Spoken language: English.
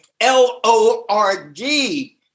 L-O-R-D